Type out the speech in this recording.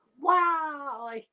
wow